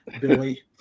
Billy